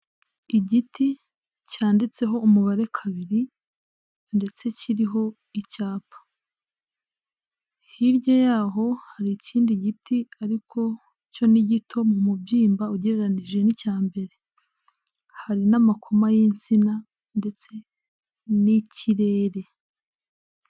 Igiti cyanditseho umubare kabiri ndetse kiriho icyapa. Hirya yaho hari ikindi giti, ariko cyo ni gito mu mubyimba ugereranije n'icya mbere, hari n'amakoma y'insina ndetse n'ikirere.